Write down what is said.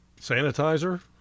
sanitizer